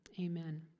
amen